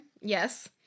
Yes